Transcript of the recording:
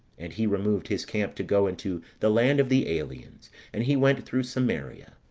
and he removed his camp to go into the land of the aliens, and he went through samaria.